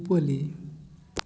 ᱩᱯᱟᱹᱞᱤ